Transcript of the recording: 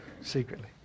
secretly